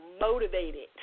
motivated